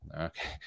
okay